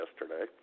yesterday